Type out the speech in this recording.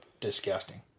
disgusting